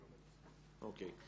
אוקי.